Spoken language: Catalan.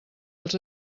els